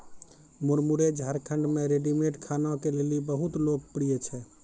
मुरमुरे झारखंड मे रेडीमेड खाना के लेली बहुत लोकप्रिय छै